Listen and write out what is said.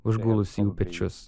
užgulusį jų pečius